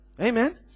Amen